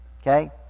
Okay